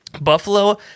Buffalo